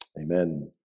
Amen